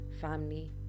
family